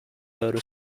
murder